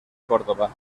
córdoba